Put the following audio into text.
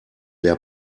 der